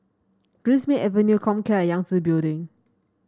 Greenmead Avenue Comcare and Yangtze Building